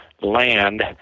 land